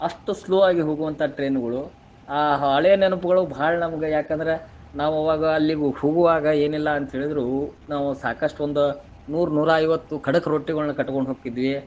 ಅಷ್ಟು ಸ್ಲೋ ಆಗಿ ಹೋಗುವಂಥಾ ಟ್ರೈನ್ಗುಳು ಆ ಹಳೇ ನೆನಪುಗಳು ಭಾಳ ನಮ್ಗೆ ಯಾಕಂದ್ರ ನಾವು ಅವಾಗ ಅಲ್ಲಿಗೆ ಹೋಗುವಾಗ ಏನಿಲ್ಲ ಅಂತ ಹೇಳಿದ್ದರು ನಾವು ಸಾಕಷ್ಟು ಒಂದು ನೂರು ನೂರಾ ಐವತ್ತು ಖಡಕ್ ರೊಟ್ಟಿಗುಳನ್ನ ಕಟ್ಕೊಂಡು ಹೋಕ್ಕಿದ್ವಿ